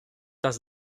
does